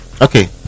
Okay